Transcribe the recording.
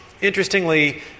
Interestingly